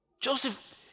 Joseph